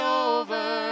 over